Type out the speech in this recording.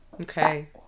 Okay